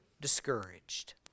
discouraged